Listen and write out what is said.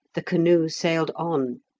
the canoe sailed on,